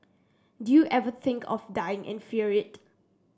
do you ever think of dying and fear it